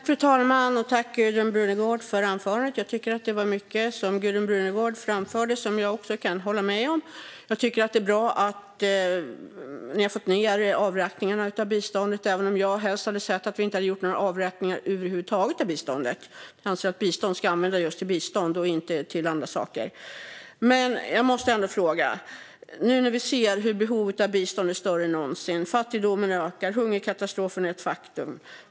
Fru talman! Tack, Gudrun Brunegård, för anförandet! Det var mycket som Gudrun Brunegård framförde som jag kan hålla med om. Jag tycker att det är bra att man har fått ned avräkningarna av biståndet, även om jag helst hade sett att det inte hade gjorts några avräkningar över huvud taget. Jag anser att bistånd ska användas just till bistånd och inte till andra saker. Vi ser nu att behovet av bistånd är större än någonsin. Fattigdomen ökar. Hungerkatastrofen är ett faktum.